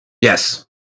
Yes